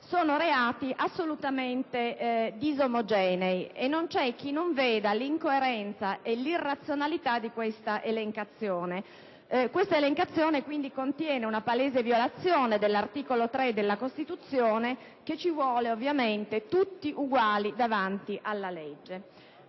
sono reati assolutamente disomogenei, e non v'è chi non veda l'incoerenza e l'irrazionalità di questa elencazione, che contiene quindi una palese violazione dell'articolo 3 della Costituzione, che ci vuole ovviamente tutti uguali davanti alla legge.